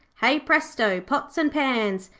hey, presto! pots and pans,